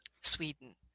Sweden